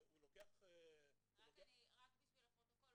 רק בשביל הפרוטוקול,